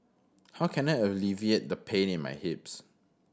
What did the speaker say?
how can I alleviate the pain in my hips